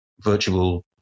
virtual